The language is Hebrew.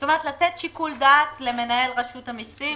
כלומר לתת שיקול דעת למנהל רשות המיסים,